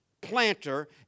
planter